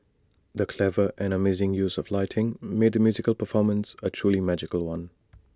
the clever and amazing use of lighting made the musical performance A truly magical one